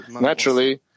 naturally